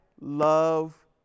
love